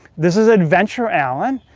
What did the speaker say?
this is adventure alan,